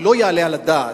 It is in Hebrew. הרי לא יעלה על הדעת